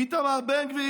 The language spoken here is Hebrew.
איתמר בן גביר,